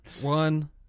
one